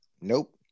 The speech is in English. Nope